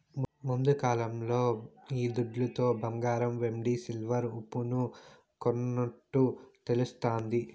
ముందుకాలంలో ఈ దుడ్లతో బంగారం వెండి సిల్వర్ ఉప్పును కొన్నట్టు తెలుస్తాది